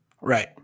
Right